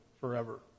forever